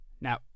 Now